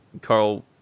Carl